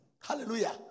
Hallelujah